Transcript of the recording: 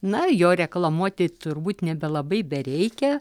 na jo reklamuoti turbūt nebelabai bereikia